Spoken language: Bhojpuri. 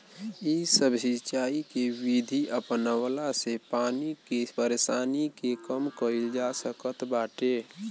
इ सब सिंचाई के विधि अपनवला से पानी के परेशानी के कम कईल जा सकत बाटे